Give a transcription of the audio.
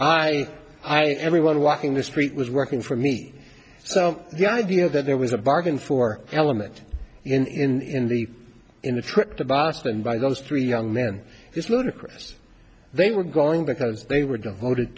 i everyone walking the street was working for me so the idea that there was a bargain for element in the in the trip to boston by those three young men is ludicrous they were going because they were devoted